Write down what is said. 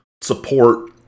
support